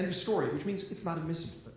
and story, which means it's not admissible.